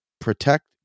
protect